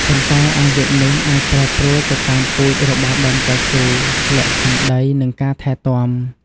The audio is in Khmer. ប៉ុន្តែអាយុនេះអាចប្រែប្រួលទៅតាមពូជរបស់ដើមកៅស៊ូ លក្ខខណ្ឌដី និងការថែទាំ។